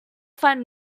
find